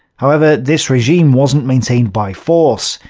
however this regime wasn't maintained by force.